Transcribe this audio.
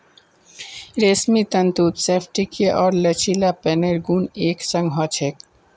रेशमी तंतुत स्फटिकीय आर लचीलेपनेर गुण एक संग ह छेक